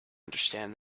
understand